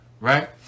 right